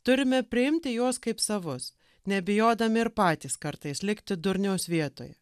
turime priimti juos kaip savus nebijodami ir patys kartais likti durniaus vietoje